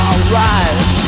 Alright